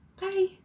Bye